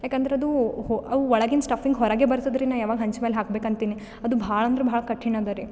ಯಾಕಂದ್ರದು ಅವು ಒಳಗಿನ ಸ್ಟಫಿಂಗ್ ಹೊರಗೆ ಬರ್ತದ್ರಿ ನಾ ಯಾವಾಗ ಹೆಂಚು ಮೇಲೆ ಹಾಕ್ಬೇಕು ಅಂತೀನಿ ಅದು ಭಾಳ ಅಂದರೆ ಭಾಳ ಕಠಿಣ ಅದಾರಿ